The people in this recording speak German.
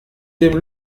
dem